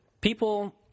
people